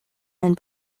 and